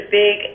big